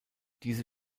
diese